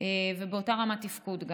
וגם באותה רמת תפקוד.